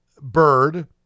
bird